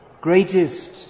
greatest